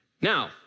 Now